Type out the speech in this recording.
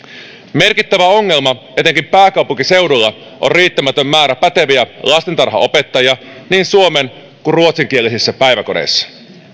merkittävä ongelma etenkin pääkaupunkiseudulla on riittämätön määrä päteviä lastentarhanopettajia niin suomen kuin ruotsinkielisissä päiväkodeissa